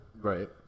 Right